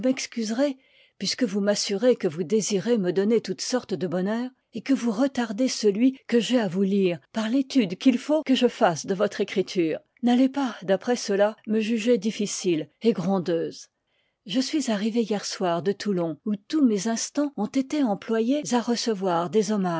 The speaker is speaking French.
m'excuserez puisque vous m'assurez que vous désirez me donner toutes sortes de bonheur et que vous retardez celui que j'ai à vous lire par l'étude qu'il faut que je fasse de votre écriture n'allez pas d'après cela me juger difficile et grondeuse j je suis arrivée hier soir de toulon où tous mes instans ont été employés à recevoir des hommages